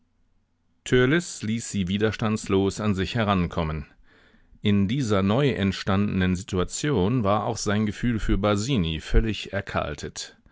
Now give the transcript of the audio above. ließ sie widerstandslos an sich herankommen in dieser neuentstandenen situation war auch sein gefühl für basini völlig erkaltet